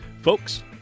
folks